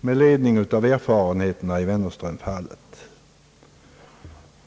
med anledning av erfarenheterna i Wennerströmaffären.